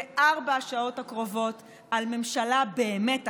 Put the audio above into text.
בארבע השעות הקרובות, על ממשלה באמת אחרת,